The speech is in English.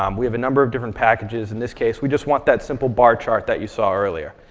um we have a number of different packages. in this case, we just want that simple bar chart that you saw earlier.